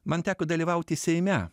man teko dalyvauti seime